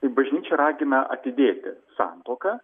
tai bažnyčia ragina atidėti santuoką